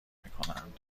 میکنند